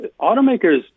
automakers